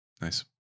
nice